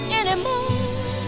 anymore